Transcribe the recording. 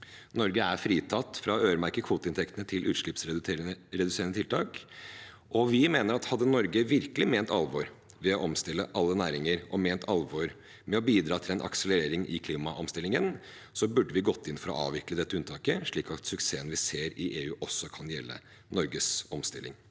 Norge er fritatt fra å øremerke kvoteinntektene til utslippsreduserende tiltak, og vi mener at om Norge virkelig hadde ment alvor med å omstille alle næringer og ment alvor med å bidra til en akselerering i klimaomstillingen, burde vi gått inn for å avvikle dette unntaket, slik at suksessen vi ser i EU, også kan gjelde Norges omstilling.